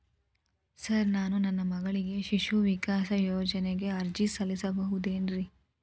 Sir ನಾನು ನನ್ನ ಮಗಳಿಗೆ ಶಿಶು ವಿಕಾಸ್ ಯೋಜನೆಗೆ ಅರ್ಜಿ ಸಲ್ಲಿಸಬಹುದೇನ್ರಿ?